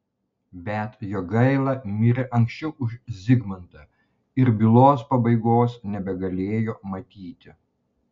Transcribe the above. bet jogaila mirė anksčiau už zigmantą ir bylos pabaigos nebegalėjo matyti